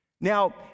Now